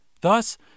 Thus